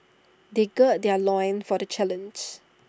they gird their loins for the challenge